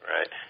Right